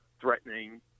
threatening